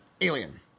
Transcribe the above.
Alien